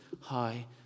High